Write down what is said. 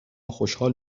خوشحال